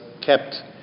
kept